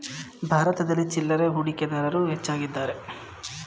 ಭಾರತದಲ್ಲಿ ಚಿಲ್ಲರೆ ಹೂಡಿಕೆದಾರರು ಹೆಚ್ಚಾಗಿದ್ದಾರೆ